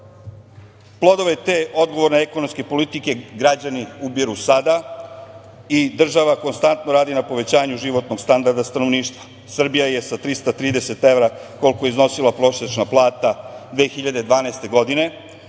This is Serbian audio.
države. Plodove te odgovorne ekonomske politike građani ubiru sada i država konstantno radi na povećanju životnog standarda stanovništva. Srbija je sa 330 evra, koliko je iznosila prosečna plata 2012. godine,